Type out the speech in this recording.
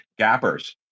gappers